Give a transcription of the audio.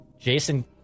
Jason